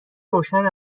روشن